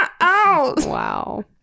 Wow